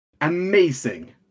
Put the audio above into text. amazing